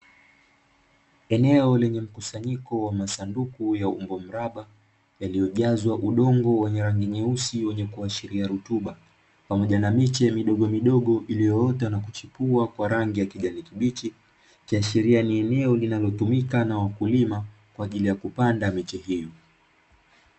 Eneo lenye mkusanyiko wa masanduku ya umbo mraba, yaliyojazwa udongo wa rangi nyeusi wenye kuashiria rutuba pamoja na miche midogomidogo iliyoota na kuchipua kwa rangi ya kijani kibichi, ikiashiria ni eneo linalotumika na wakulima kwa ajili ya kupanda miche hiyo.